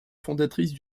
fondatrice